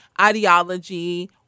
ideology